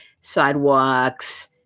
sidewalks